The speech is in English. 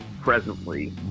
presently